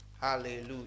Hallelujah